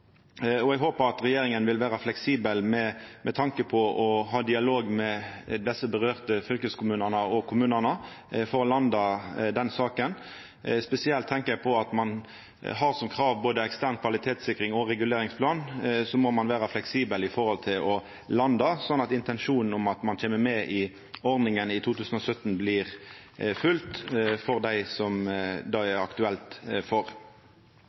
og eg håpar regjeringa vil vera fleksibel med tanke på å ha ein dialog med dei fylkeskommunane og kommunane det gjeld, for å landa den saken. Spesielt tenkjer eg på at ein har både ekstern kvalitetssikring og reguleringsplan som krav, så ein må vera fleksibel med omsyn til å landa, slik at intensjonen om at ein kjem med i ordninga i 2017, blir følgd for dei det er aktuelt for.